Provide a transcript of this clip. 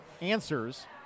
answers